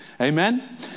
Amen